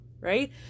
Right